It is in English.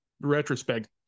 retrospect